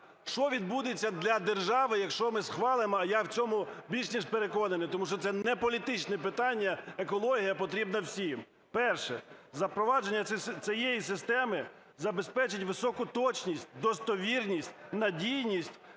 Що відбудеться для держави, якщо ми схвалимо. А я в цьому більше ніж переконаний, тому що це не політичне питання, екологія потрібна всім. Перше. Запровадження цієї системи забезпечить високу точність, достовірність, надійність